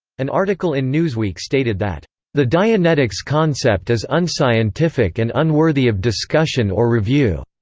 an article in newsweek stated that the dianetics concept is unscientific and unworthy of discussion or review.